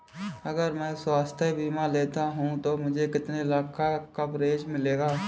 अगर मैं स्वास्थ्य बीमा लेता हूं तो मुझे कितने लाख का कवरेज मिलेगा?